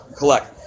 collect